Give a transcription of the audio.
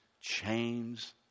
chains